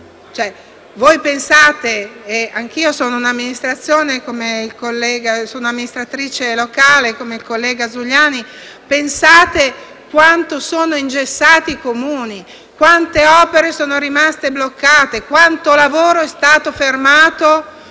macchina. Anche io sono un'amministratrice locale come il collega Zuliani. Pensate a quanto sono ingessati i Comuni, a quante opere sono rimaste bloccate e a quanto lavoro è stato fermato